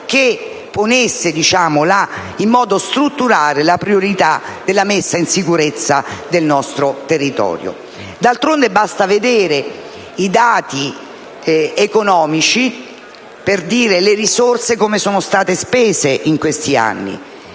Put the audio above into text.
che ponessero in modo strutturale la priorità della messa in sicurezza del nostro territorio. D'altronde, basta vedere i dati economici per capire come sono state spese le risorse